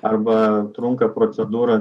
arba trunka procedūra